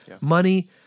money